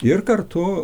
ir kartu